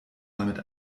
damit